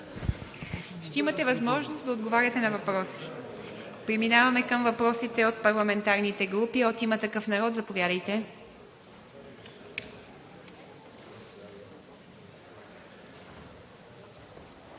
Ще имате възможност да отговаряте на въпроси. Преминаваме към въпросите от парламентарните групи. От „Има такъв народ“ – заповядайте.